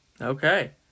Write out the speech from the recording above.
Okay